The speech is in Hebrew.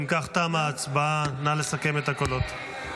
אם כך, תמה ההצבעה, נא לסכם את הקולות.